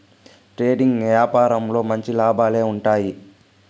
trading యాపారంలో మంచి లాభాలే ఉంటాయి